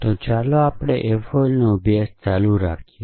તો ચાલો આપણે FOL નો અભ્યાસ ચાલુ રાખીએ